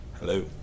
Hello